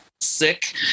sick